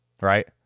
Right